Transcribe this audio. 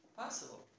Possible